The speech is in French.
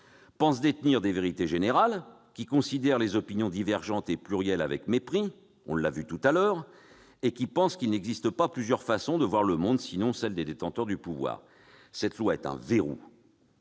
croient détenir des vérités générales, considèrent les opinions divergentes et plurielles avec mépris, comme on l'a vu précédemment, et pensent qu'il n'existe pas plusieurs façons de voir le monde, mais seulement celle des détenteurs du pouvoir. Cette loi est un verrou